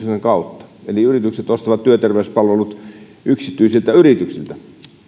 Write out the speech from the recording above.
kautta eli yritykset ostavat työterveyspalvelut yksityisiltä yrityksiltä